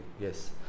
yes